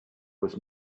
was